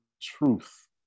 truth